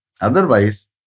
Otherwise